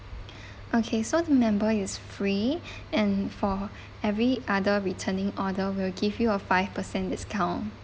okay so the member is free and for every other returning order we'll give you a five percent discount